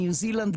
ניו זילנד,